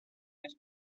mère